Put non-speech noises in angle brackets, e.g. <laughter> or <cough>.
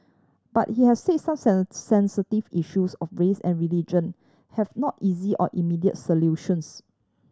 but he had say some <unintelligible> sensitive issues of race and religion have no easy or immediate solutions